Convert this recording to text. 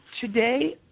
today